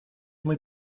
muy